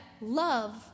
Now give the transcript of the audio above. love